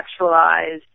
sexualized